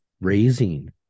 raising